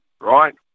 Right